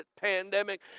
pandemic